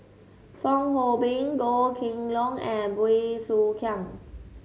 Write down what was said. Fong Hoe Beng Goh Kheng Long and Bey Soo Khiang